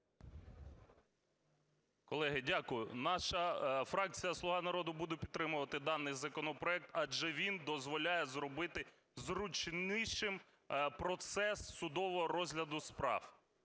Колеги, дякую. Наша фракція "Слуга народу" буде підтримувати даний законопроект, адже він дозволяє зробити зручнішим процес судового розгляду справ.